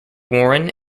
warren